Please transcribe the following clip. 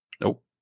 Nope